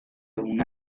una